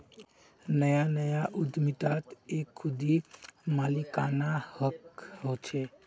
नया नया उद्दमितात एक खुदी मालिकाना हक़ होचे